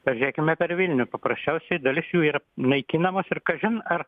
pažiūrėkime per vilnių paprasčiausiai dalis jų yra naikinamos ir kažin ar